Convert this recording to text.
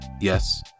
Yes